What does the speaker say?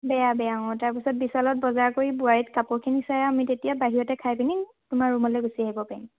বেয়া বেয়া অঁ তাৰপিছত বিশালত বজাৰ কৰি ৱোবাৰীত কাপোৰখিনি চাই আমি তেতিয়া বাহিৰতে খাই পিনি তোমাৰ ৰুমলে গুচি আহিব পাৰিম